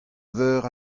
veur